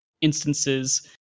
instances